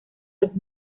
los